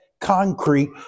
concrete